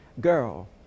girl